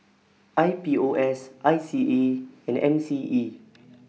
I P O S I C A and N C E